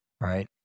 right